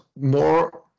more